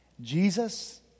Jesus